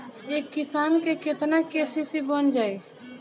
एक किसान के केतना के.सी.सी बन जाइ?